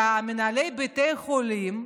שמנהלי בתי החולים,